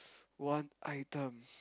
one item